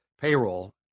payroll